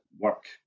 work